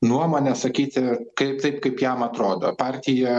nuomonę sakyti kaip taip kaip jam atrodo partija